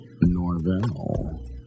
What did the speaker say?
Norvell